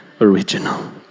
original